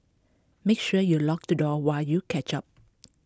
make sure you lock the door while you catch up